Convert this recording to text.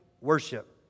worship